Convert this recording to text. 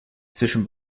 zwischen